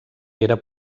era